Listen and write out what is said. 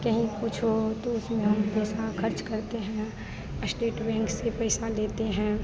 कहीं कुछ हो तो उसमें हम पैसा ख़र्च करते हैं अश्टेट बैंक से पैसा लेते हैं